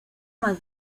más